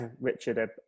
Richard